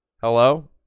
Hello